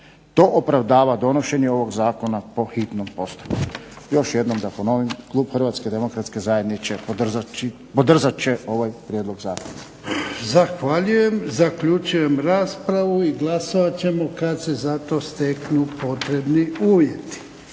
To opravdava donošenje ovog Zakona po hitnom postupku. Još jednom da ponovim Klub HDZ-a će podržati ovaj Prijedlog zakona. **Jarnjak, Ivan (HDZ)** Zahvaljujem. Zaključujem raspravu i glasovat ćemo kada se za to steknu potrebni uvjeti.